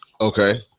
Okay